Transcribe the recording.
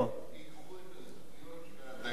בהצעת החוק הזאת ייקחו את הזכויות של הדיירים,